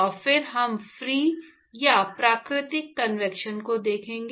और फिर हम फ्री या प्राकृतिक कन्वेक्शन को देखेंगे